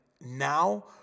Now